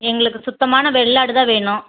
எங்களுக்கு சுத்தமான வெள்ளாடுதான் வேணும்